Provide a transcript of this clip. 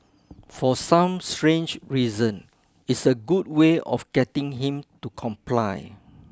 for some strange reason it's a good way of getting him to comply